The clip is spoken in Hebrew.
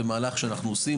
זה מהלך שאנחנו עושים,